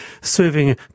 serving